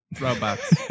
Robots